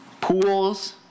pools